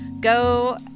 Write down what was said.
Go